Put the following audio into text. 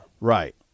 Right